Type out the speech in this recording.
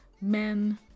men